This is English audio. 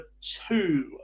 two